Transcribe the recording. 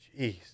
Jeez